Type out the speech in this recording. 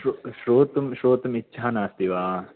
श्रो श्रोतुं श्रोतुम् इच्छा नास्ति वा